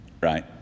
Right